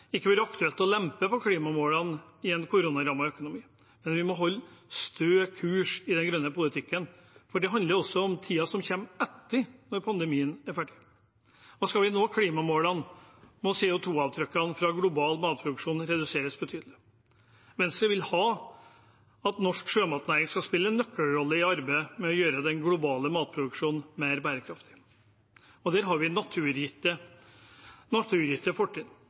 ikke vært aktuelt å lempe på klimamålene i en koronarammet økonomi, men vi må holde stø kurs i den grønne politikken, for det handler også om tiden som kommer etter at pandemien er ferdig. Skal vi nå klimamålene, må CO 2 -avtrykkene fra global matproduksjon reduseres betydelig. Venstre vil at norsk sjømatnæring skal spille en nøkkelrolle i arbeidet med å gjøre den globale matproduksjonen mer bærekraftig. Der har vi naturgitte fortrinn,